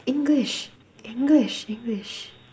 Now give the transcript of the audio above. English English English